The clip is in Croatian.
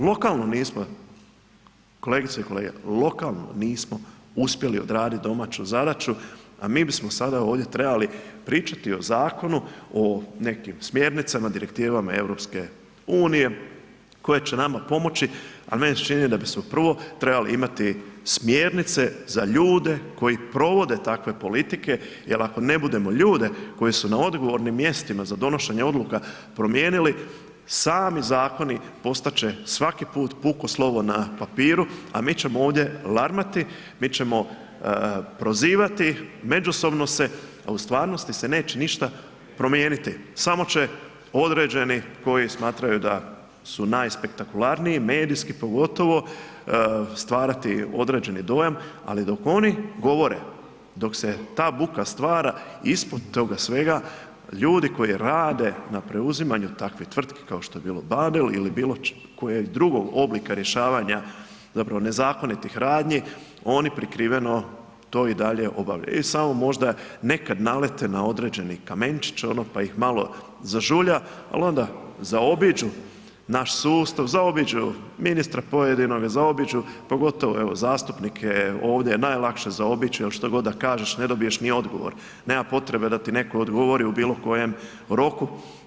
Lokalno nismo, kolegice i kolege, lokalno nisu uspjeli odraditi domaću zadaću a mi bismo sada ovdje trebali pričati o zakonu, o nekim smjernicama, direktivama EU-a koje će nama pomoći a meni se čini da bismo prvo trebali imati smjernice za ljude koji provode takve politike jer ako ne budemo ljude koji su na odgovornim mjestima za donošenje odluka promijenili, sami zakoni postat će svaki put puko slovo na papiru a mi ćemo ovdje larmati, mi ćemo prozivati međusobno se a u stvarnosti se neće ništa promijeniti, samo će određeni koji smatraju da su najspektakularniji, medijski pogotovo, stvarati određeni dojam ali dok oni govore, dok se ta buka stvara, ispod toga svega, ljudi koji rade na preuzimanju takve tvrtke kao što je bila Badel ili bilokojeg drugog oblika rješavanja zapravo nezakonitih radnji, oni prikriveno to i dalje obavljaju i samo možda nekad nalete na određeni kamenčić pa ih malo zažulja ali onda zaobiđu naš sustav, zaobiđu ministra pojedinih, zaobiđu pogotovo evo zastupnike ovdje je najlakše zaobići jer štogod da kažem, ne dobiješ ni odgovor, nema potrebe da ti neko odgovori u bilokojem roku.